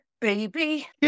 baby